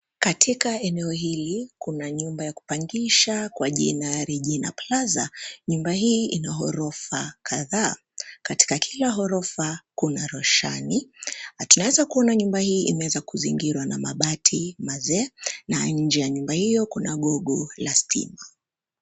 Katika eneo hili, kuna nyumba ya kupangisha kwa jina Regina Plaza, nyumba hii ina gorofa kadhaa, katika kila gorofa kuna roshani, na tunaweza kuona nyumba hii imezingirwa na mabati mazee, na nje ya nyumba hiyo kuna gogo la stima.